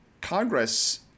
Congress